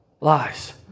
lies